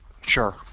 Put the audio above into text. Sure